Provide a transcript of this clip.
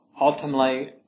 ultimately